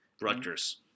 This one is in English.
Rutgers